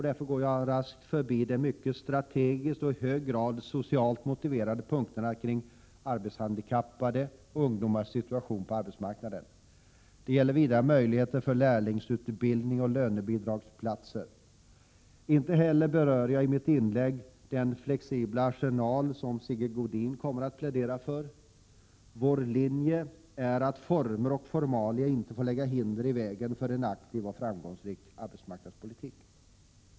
Därför går jag raskt förbi de mycket strategiskt och i hög grad socialt motiverade punkterna beträffande arbetshandikappades och ungdomars situation på arbetsmarknaden. Det gäller vidare möjligheter för lärlingsutbildning och lönebidragsplatser. Inte heller berör jag i detta inlägg den flexibla arsenal som Sigge Godin kommer att plädera för. Vår mening är att formalia inte får lägga hinder i vägen för en aktiv och framgångsrik arbetsmarknadspolitik.